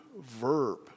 verb